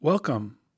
Welcome